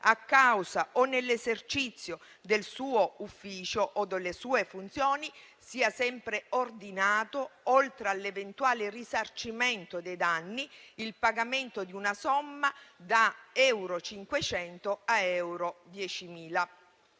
a causa o nell'esercizio del suo ufficio o delle sue funzioni, sia sempre ordinato, oltre all'eventuale risarcimento dei danni, il pagamento di una somma da euro 500 a euro 10.000,